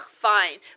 fine